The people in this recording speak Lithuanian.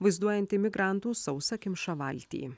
vaizduojanti migrantų sausakimšą valtį